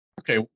Okay